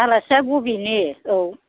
आलासिया बबेनि औ